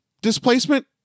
displacement